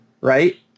right